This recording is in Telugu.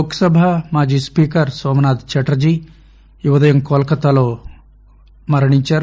లోక్సభ మాజీ స్పీకర్ నోమనాథ్ చటర్లీ ఈ ఉదయం కోల్కతాలో మరణించారు